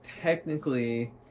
Technically